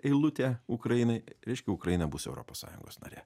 eilutė ukrainai reiškia ukraina bus europos sąjungos narė